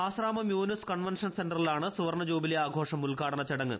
Asramam Yunus convention സെന്ററിലാണ് സുവർണ jubilee ആഘോഷം ഉദ്ഘാടന ചടങ്ങ്